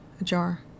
ajar